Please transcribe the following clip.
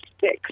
six